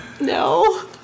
No